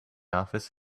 office